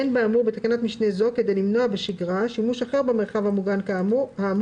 אין באמור בתקנת משנה זו כדי למנוע בשגרה שימוש אחר במרחב המוגן האמור,